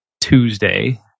Tuesday